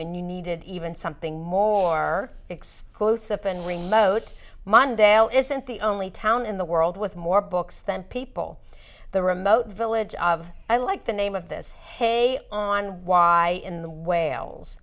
and you needed even something more exclusive and remote mondale isn't the only town in the world with more books than people the remote village of i like the name of this hay on wye in the whale